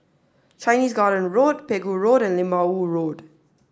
Chinese Garden Road Pegu Road and Lim Ah Woo Road